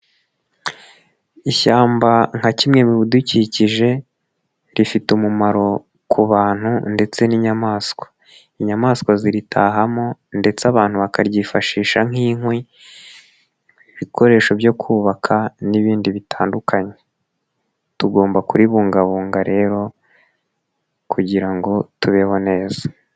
Ishyamba nka kimwe mu bidukikije, rifite umumaro ku bantu ndetse n'inyamaswa. Inyamaswa ziritahamo ndetse abantu bakaryifashisha nk'inkwi, ibikoresho byo kubaka n'ibindi bitandukanye. Tugomba kuribungabunga rero kugira ngo tubeho neza.